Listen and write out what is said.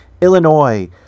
Illinois